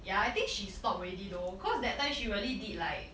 ya I think she stopped already though because that time she really did like